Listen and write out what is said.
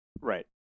Right